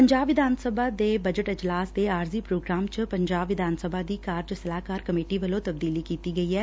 ਪੰਜਾਬ ਵਿਧਾਨ ਸਭਾ ਦੇ ਬਜਟ ਇਜਲਾਸ ਦੇ ਆਰਜੀ ਪ੍ਰੋਗਰਾਮ ਚ ਪੰਜਾਬ ਵਿਧਾਨ ਸਭਾ ਦੀ ਕਾਰਜ ਸਲਾਹਕਾਰ ਕਮੇਟੀ ਵੱਲੋਂ ਤਬਦੀਲੀ ਕੀਤੀ ਗਈ ਐ